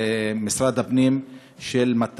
של משרד הפנים,